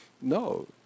No